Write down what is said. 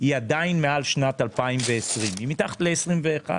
הם עדיין מעל שנת 2020. הם מתחת ל-2021,